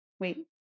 Wait